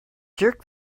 jerk